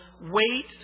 Wait